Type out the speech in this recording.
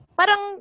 parang